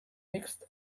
mixed